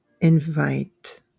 invite